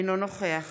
אינו נוכח